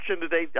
today